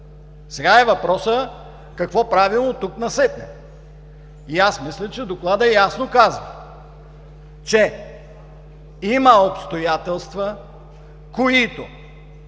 Сега въпросът е какво правим оттук насетне и аз мисля, че Докладът ясно казва, че има обстоятелства, които